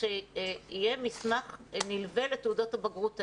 שיהיה מסמך נלווה לתעודת הבגרות האלה.